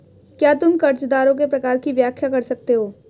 क्या तुम कर्जदारों के प्रकार की व्याख्या कर सकते हो?